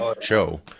show